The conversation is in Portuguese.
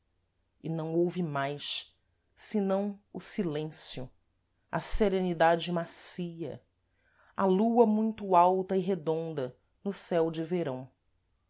e não houve mais senão o silêncio a serenidade macia a lua muito alta e redonda no céu de verão